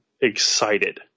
excited